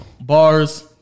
bars